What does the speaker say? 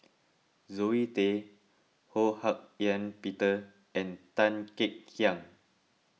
Zoe Tay Ho Hak Ean Peter and Tan Kek Hiang